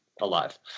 alive